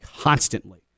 constantly